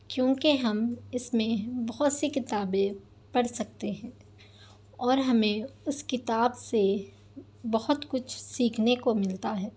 کیونکہ ہم اس میں بہت سی کتابیں پڑھ سکتے ہیں اور ہمیں اس کتاب سے بہت کچھ سیکھنے کو ملتا ہے